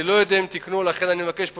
אני לא יודע אם תיקנו, ולכן אני מבקש תשובה,